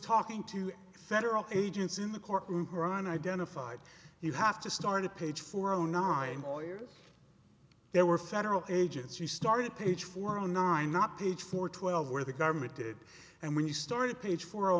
talking to federal agents in the courtroom who are on identified you have to start a page for zero nine there were federal agents you started page four zero nine not page for twelve where the government did and when you started page four